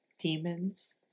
demons